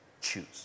choose